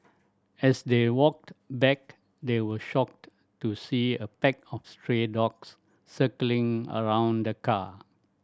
as they walked back they were shocked to see a pack of stray dogs circling around the car